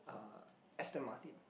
uh Aston Martin